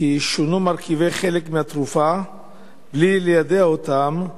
כי שונו חלק ממרכיבי מהתרופה בלי ליידע אותם,